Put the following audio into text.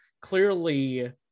clearly